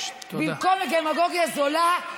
במקום דמגוגיה זולה,